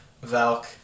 Valk